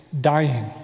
dying